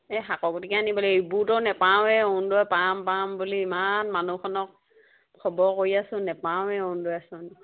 এই শাকৰ গুটিকে আনিব লাগিব ইবোৰতো নাপাওঁৱে অৰুণোদয় পাম পাম বুলি ইমান মানুহখনক খবৰ কৰি আছোঁ নাপাওঁৱে অৰুণোদয় আঁচনি